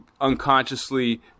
unconsciously